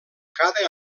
cada